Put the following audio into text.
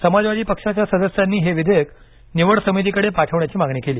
समाजवादी पक्षाच्या सदस्यांनी हे विधेयक निवड समितीकडे पाठवण्याची मागणी केली